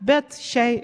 bet šiai